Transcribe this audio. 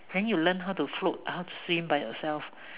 then you learn how to float how to swim by yourself